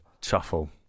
truffle